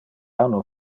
anno